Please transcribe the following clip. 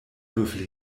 würfel